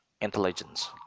intelligence